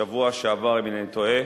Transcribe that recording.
בשבוע שעבר, אם אינני טועה,